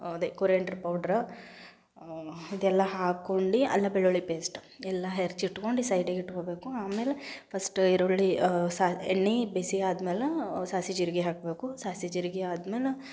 ಅದೇ coriander powder ಇದೆಲ್ಲ ಹಾಕ್ಕೊಂಡು ಅಲ್ಲ ಬೆಳ್ಳುಳ್ಳಿ ಪೇಸ್ಟ್ ಎಲ್ಲ ಹೆರ್ಚಿಟ್ಕೊಂಡು ಸೈಡಿಗಿಟ್ಟುಕೊಬೇಕು ಆಮೇಲೆ ಫಸ್ಟ್ ಈರುಳ್ಳಿ ಸಾ ಎಣ್ಣೆ ಬಿಸಿ ಆದ್ಮೇಲೆ ಸಾಸ್ವೆ ಜೀರ್ಗೆ ಹಾಕಬೇಕು ಸಾಸಿ ಜೀರ್ಗೆ ಆದ್ಮೇಲೆ